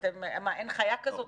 מה, אין חיה כזאת?